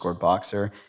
boxer